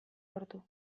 lortu